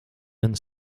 and